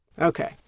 okay